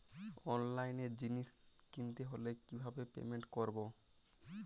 অনলাইনে জিনিস কিনতে হলে কিভাবে পেমেন্ট করবো?